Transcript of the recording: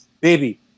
baby